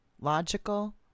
Logical